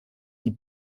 die